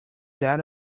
debt